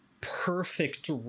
perfect